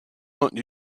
not